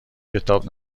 کتاب